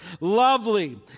lovely